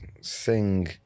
sing